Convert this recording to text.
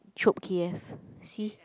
Chope K F C